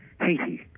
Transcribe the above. Haiti